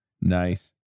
Nice